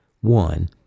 One